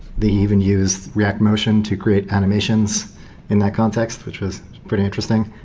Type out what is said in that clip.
they even use react-motion to create animations in that context, which was pretty interesting.